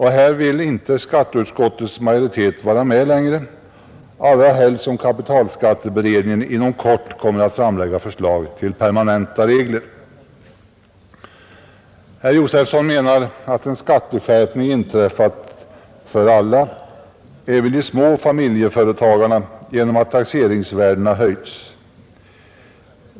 Här vill skatteutskottets majoritet inte vara med längre, allra helst som kapitalskatteberedningen inom kort kommer att framlägga förslag till permanenta regler. Herr Josefson menar att en skatteskärpning inträtt för alla, även för de små familjeföretagarna, genom att taxeringsvärdena höjts.